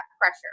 pressure